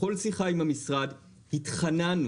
בכל שיחה עם המשרד התחננו